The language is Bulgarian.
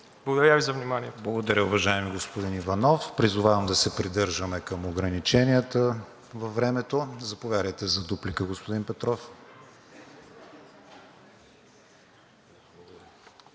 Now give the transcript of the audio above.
КРИСТИАН ВИГЕНИН: Благодаря, уважаеми господин Иванов. Призовавам да се придържаме към ограниченията във времето. Заповядайте за дуплика, господин Петров.